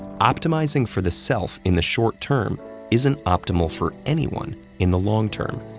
optimizing for the self in the short term isn't optimal for anyone in the long term.